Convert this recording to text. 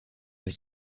sich